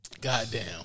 Goddamn